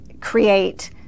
create